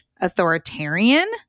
authoritarian